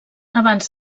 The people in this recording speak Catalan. abans